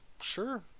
sure